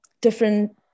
different